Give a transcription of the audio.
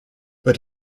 but